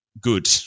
good